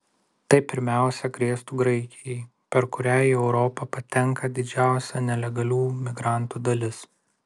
tai pirmiausia grėstų graikijai per kurią į europą patenka didžiausia nelegalių migrantų dalis